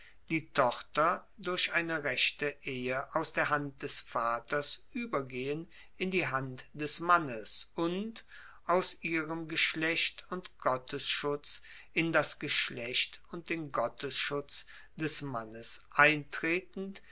die tochter durch eine rechte ehe aus der hand des vaters uebergehen in die hand des mannes und aus ihrem geschlecht und gottesschutz in das geschlecht und den gottesschutz des mannes eintretend